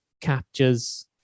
captures